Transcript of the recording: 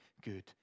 good